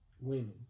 women